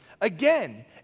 Again